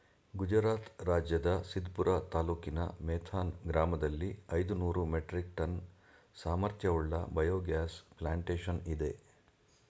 ಗುಜರಾತ್ ರಾಜ್ಯದ ಸಿದ್ಪುರ ತಾಲೂಕಿನ ಮೇಥಾನ್ ಗ್ರಾಮದಲ್ಲಿ ಐದುನೂರು ಮೆಟ್ರಿಕ್ ಟನ್ ಸಾಮರ್ಥ್ಯವುಳ್ಳ ಬಯೋಗ್ಯಾಸ್ ಪ್ಲಾಂಟೇಶನ್ ಇದೆ